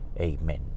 Amen